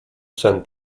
sen